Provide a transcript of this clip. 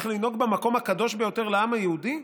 מקבלת תכתיבים ממדינה זרה איך לנהוג במקום הקדוש ביותר לעם היהודי?